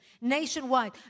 nationwide